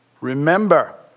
remember